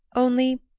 only,